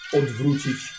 odwrócić